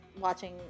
watching